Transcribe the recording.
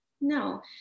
no